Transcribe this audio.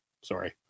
Sorry